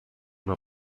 una